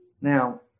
Now